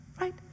right